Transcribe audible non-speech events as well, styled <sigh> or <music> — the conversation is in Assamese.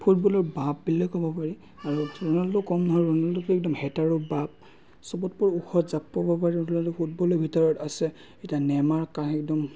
ফুটবলৰ বাপ বুলিয়ে ক'ব পাৰি আৰু ৰ'নাল্ডোও কম নহয় ৰ'নাল্ডোতো একদম হেটাৰৰ বাপ চবতকৈ ওখ জাঁপ মাৰিব পাৰে ৰ'নাল্ডো ফুটবলৰ ভিতৰত আছে এতিয়া নেইমাৰ <unintelligible> একদম